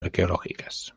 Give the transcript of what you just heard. arqueológicas